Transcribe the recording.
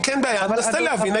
בוא נעשה את זה פשוט.